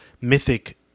mythic